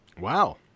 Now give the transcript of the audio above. Wow